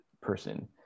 person